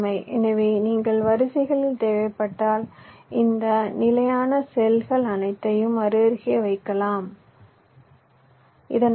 எனவே நீங்கள் வரிசைகளில் தேவைப்பட்டால் இந்த நிலையான செல்கள் அனைத்தையும் அருகருகே வைக்கலாம் இதனால் வி